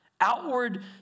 outward